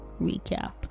recap